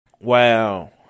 Wow